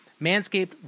Manscaped